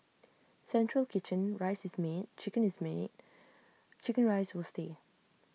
central kitchen rice is made chicken is made Chicken Rice will stay